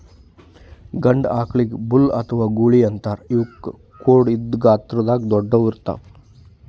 ಗಂಡ ಆಕಳಿಗ್ ಬುಲ್ ಅಥವಾ ಗೂಳಿ ಅಂತಾರ್ ಇವಕ್ಕ್ ಖೋಡ್ ಇದ್ದ್ ಗಾತ್ರದಾಗ್ ದೊಡ್ಡುವ್ ಇರ್ತವ್